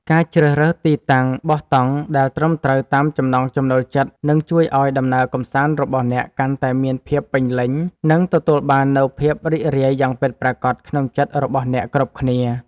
ការជ្រើសរើសទីតាំងបោះតង់ដែលត្រឹមត្រូវតាមចំណង់ចំណូលចិត្តនឹងជួយឱ្យដំណើរកម្សាន្តរបស់អ្នកកាន់តែមានភាពពេញលេញ និង ទទួលបាននូវភាពរីករាយយ៉ាងពិតប្រាកដក្នុងចិត្តរបស់អ្នកគ្រប់គ្នា។